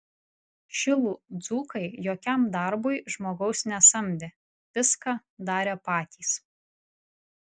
šilų dzūkai jokiam darbui žmogaus nesamdė viską darė patys